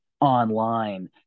online